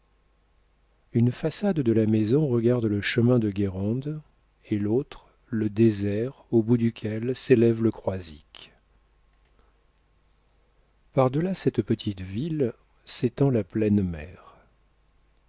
une façade de la maison regarde le chemin de guérande et l'autre le désert au bout duquel s'élève le croisic par delà cette petite ville s'étend la pleine mer